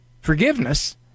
forgiveness